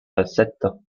falsetto